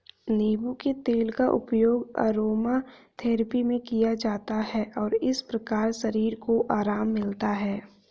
नींबू के तेल का उपयोग अरोमाथेरेपी में किया जाता है और इस प्रकार शरीर को आराम मिलता है